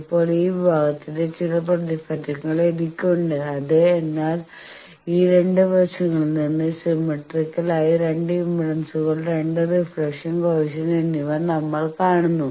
ഇപ്പോൾ ഈ വിഭാഗത്തിന്റെ ചില പ്രതിഫലനങ്ങൾ എനിക്കുണ്ട് അത് സമയം കാണുക 1758 എന്നാൽ ഈ രണ്ട് വശങ്ങളിൽ നിന്നും സിമെട്രിക്കൽ ആയി രണ്ട് ഇംപെഡൻസുകൾ രണ്ട് റീഫ്ലക്ഷൻ കോയെഫിഷ്യന്റ് എന്നിവ നമ്മൾ കാണുന്നു